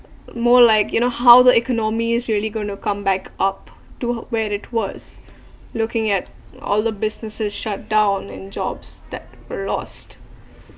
more like you know how the economy's really going to come back up to where it was looking at all the businesses shut down and jobs that lost